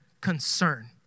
concern